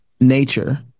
nature